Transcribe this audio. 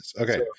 Okay